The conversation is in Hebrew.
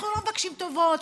אנחנו לא מבקשים טובות,